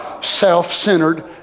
Self-centered